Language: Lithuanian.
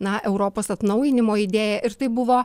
na europos atnaujinimo idėją ir tai buvo